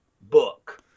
book